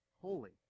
holy